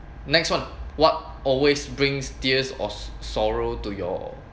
next [one] what always brings tears of sorrow to your